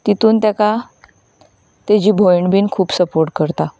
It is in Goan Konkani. तितूंत ताका ताजी भयण बीन खूब सपोर्ट करता